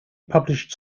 published